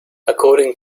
according